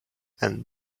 and